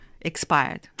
expired